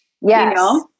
Yes